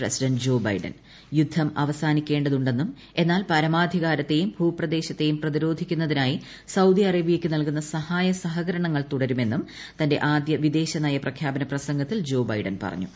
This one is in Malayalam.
പ്രസിഡന്റ് യുദ്ധം അവസാനിക്കേണ്ടതുണ്ടെന്നും എന്നാൽ പരമാധികാരത്തെയും ഭൂപ്രദേശത്തെയും പ്രതിരോധിക്കുന്നതിനായി സൌദി അറേബ്യയ്ക്ക് നൽകുന്ന സഹായ സഹക്ടുരണങ്ങൾ തുടരുമെന്നും തന്റെ ആദ്യ വിദേശനയ പ്രഖ്യാപ്പിനി പ്രസംഗത്തിൽ ജോ ബൈഡൻ പറഞ്ഞു